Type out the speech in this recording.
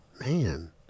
Man